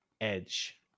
Edge